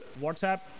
Whatsapp